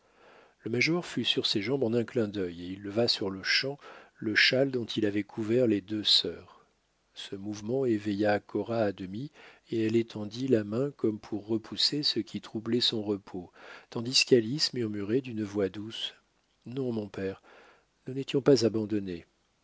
le major fut sur ses jambes en un clin d'œil et il leva surle-champ le châle dont il avait couvert les deux sœurs ce mouvement éveilla cora à demi et elle étendit la main comme pour repousser ce qui troublait son repos tandis qu'alice murmurait d'une voix douce non mon père nous n'étions pas abandonnées